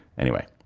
anyway,